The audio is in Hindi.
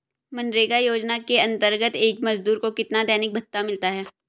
मनरेगा योजना के अंतर्गत एक मजदूर को कितना दैनिक भत्ता मिलता है?